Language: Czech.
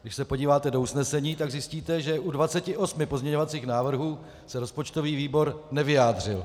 Když se podíváte do usnesení, tak zjistíte, že u 28 pozměňovacích návrhů se rozpočtový výbor nevyjádřil.